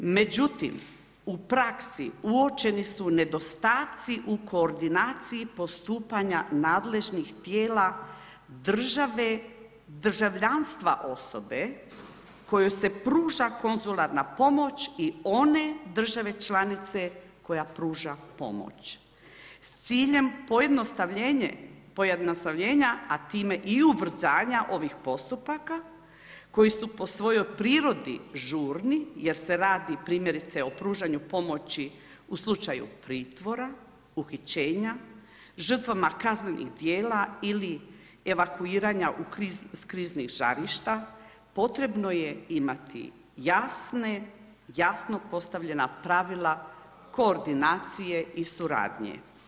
Međutim u praksi uočeni su nedostaci u koordinaciji postupanja nadležnih tijela države, državljanstva osobe kojoj se pruža konzularna pomoć i one države članice koja pruža pomoć s ciljem pojednostavljenja, a time i ubrzanja ovih postupaka koji su po svojoj prirodi žurni jer se radi primjerice o pružanju pomoći u slučaju pritvora, uhićenja, žrtvama kaznenih djela ili evakuiranja s kriznih žarišta potrebno je imati jasno postavljena pravila, koordinacije i suradnje.